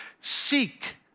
Seek